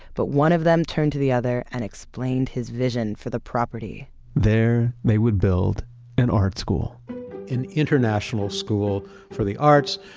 but one of them turned to the other and explained his vision for the property there they would build an art school an international school for the arts,